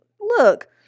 look